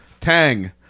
tang